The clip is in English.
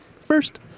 first